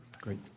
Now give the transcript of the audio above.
Great